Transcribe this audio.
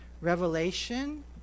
revelation